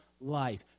life